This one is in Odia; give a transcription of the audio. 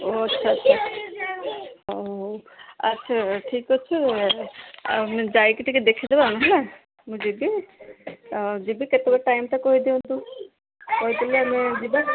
ଓ ଆଚ୍ଛା ଆଚ୍ଛା ହଉ ହଉ ଆଚ୍ଛା ଠିକ୍ ଅଛି ଆମେ ଯାଇକି ଟିକେ ଦେଖିଦେବା ହେଲା ମୁଁ ଯିବି ଆଉ ଯିବି କେତେବେଳେ ଟାଇମ୍ଟା କହିଦିଅନ୍ତୁ କହିଦେଲେ ଆମେ ଯିବା